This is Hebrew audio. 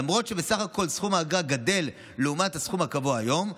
למרות שבסך הכול סכום האגרה גדל לעומת הסכום הקבוע היום,